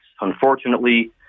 Unfortunately